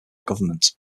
government